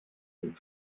und